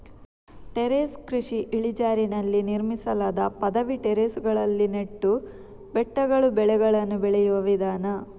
terrace ಕೃಷಿ ಇಳಿಜಾರಿನಲ್ಲಿ ನಿರ್ಮಿಸಲಾದ ಪದವಿ ಟೆರೇಸುಗಳಲ್ಲಿ ನೆಟ್ಟು ಬೆಟ್ಟಗಳು ಬೆಳೆಗಳನ್ನು ಬೆಳೆಯುವ ವಿಧಾನ